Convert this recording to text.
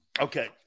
Okay